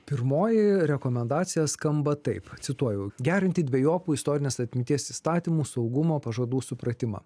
pirmoji rekomendacija skamba taip cituoju gerinti dvejopų istorinės atminties įstatymų saugumo pažadų supratimą